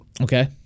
okay